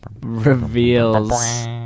reveals